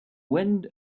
wind